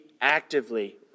actively